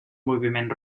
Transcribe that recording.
moviment